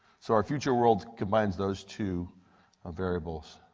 so our future worlds combine those two variables.